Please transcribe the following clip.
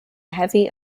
heavy